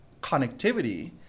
connectivity